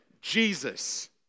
Jesus